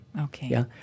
Okay